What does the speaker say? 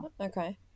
Okay